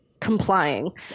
complying